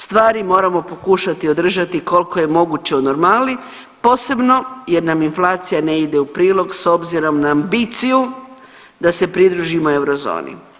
Stvari moramo pokušati održati koliko je moguće u normali posebno jer nam inflacija ne ide u prilog s obzirom na ambiciju da se pridružimo eurozoni.